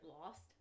lost